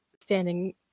standing